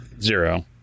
Zero